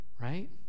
Right